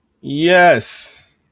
yes